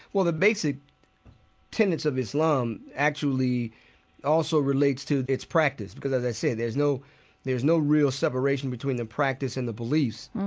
well, the basic tenets of islam actually also relates to its practice because, as i said, there's no there's no real separation between the practice and the beliefs.